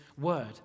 word